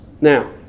Now